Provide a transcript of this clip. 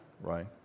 right